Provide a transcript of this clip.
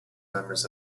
members